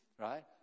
right